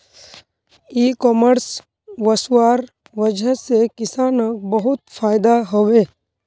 इ कॉमर्स वस्वार वजह से किसानक बहुत फायदा हबे